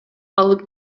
алып